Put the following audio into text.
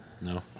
No